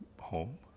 home